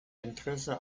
interesse